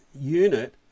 unit